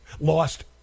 lost